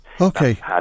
Okay